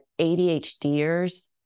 ADHDers